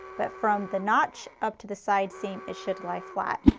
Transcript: but from the notch upto the side seam, it should lie flat.